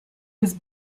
was